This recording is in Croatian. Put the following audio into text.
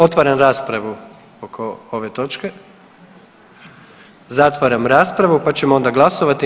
Otvaram raspravu oko ove točke, zatvaram raspravu pa ćemo onda glasovati.